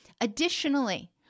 Additionally